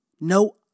no